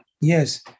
Yes